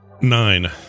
Nine